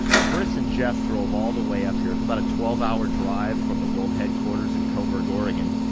chris and jeff drove all the way up here. it's about a twelve hour drive from the world headquarters in coburg, oregon.